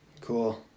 Cool